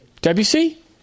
Debussy